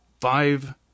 five